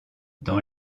dans